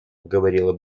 говорила